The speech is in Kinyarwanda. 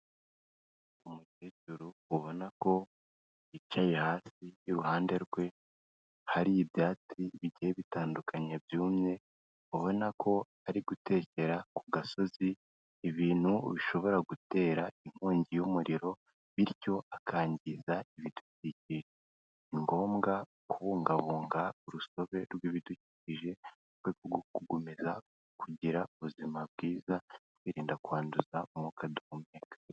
Umukecuru ubona ko yicaye hasi, iruruhande rwe hari ibyatsi bigiye bitandukanye byumye, ubona ko ari gutekera ku gasozi, ibintu bishobora gutera inkongi y'umuriro, bityo akangiza ibidukikije. Ni ngombwa kubungabunga urusobe rw'ibidukikije, mu rwego rwo gukomeza kugira ubuzima bwiza ,twiririnda kwanduza umwuka duhumeka.